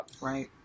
Right